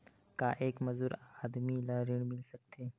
का एक मजदूर आदमी ल ऋण मिल सकथे?